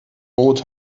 brot